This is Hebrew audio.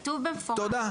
כתוב במפורש --- תודה.